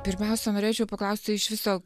pirmiausia norėčiau paklausti iš viso